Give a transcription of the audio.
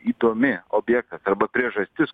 įdomi objektas arba priežastis